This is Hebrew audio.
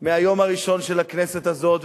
מהיום הראשון של הכנסת הזאת,